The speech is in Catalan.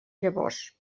llavors